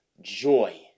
joy